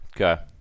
Okay